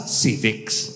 civics